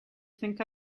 think